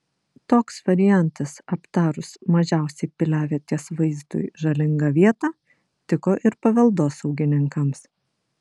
toks variantas aptarus mažiausiai piliavietės vaizdui žalingą vietą tiko ir paveldosaugininkams